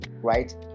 right